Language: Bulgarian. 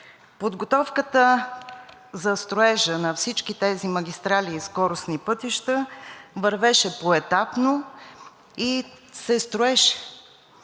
Подготовката за строежа на всички тези магистрали и скоростни пътища вървеше поетапно и се строеше.